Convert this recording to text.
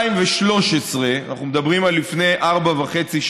שב-2013, אנחנו מדברים על לפני ארבע שנים וחצי,